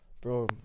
bro